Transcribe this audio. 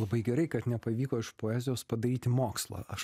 labai gerai kad nepavyko iš poezijos padaryti mokslą aš